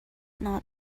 not